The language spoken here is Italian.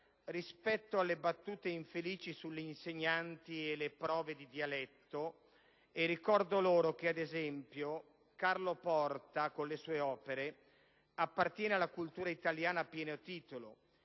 proposito delle battute infelici sugli insegnanti e le prove di dialetto, per ricordare loro che, ad esempio, Carlo Porta con le sue opere appartiene alla cultura italiana a pieno titolo